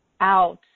out